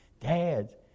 Dads